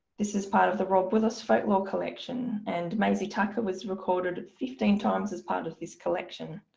this is part of the rob willis folklore collection and maysie tucker was recorded at fifteen times as part of this collection.